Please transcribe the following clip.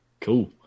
Cool